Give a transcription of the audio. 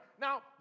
Now